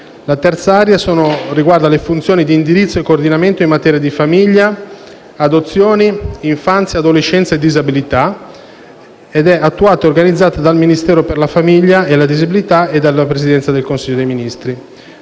La terza area riguarda le funzioni di indirizzo e coordinamento in materia di famiglia, adozioni, infanzia e adolescenza e disabilità ed è attuata e organizzata dal Ministero per la famiglia e le disabilità e dalla Presidenza del Consiglio dei ministri.